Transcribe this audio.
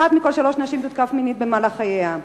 אחת מכל שלוש נשים תותקף מינית במהלך חייה.